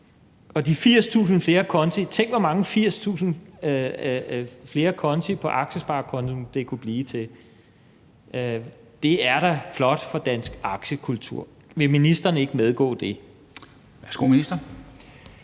til de 80.000 flere konti, så tænk på, hvor mange flere konti på aktiesparekontoen, det kunne blive til. Det er da flot for dansk aktiekultur. Vil ministeren ikke medgive det? Kl.